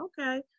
okay